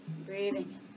breathing